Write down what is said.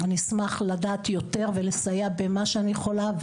אני אשמח לדעת יותר ולסייע במה שאני יכולה.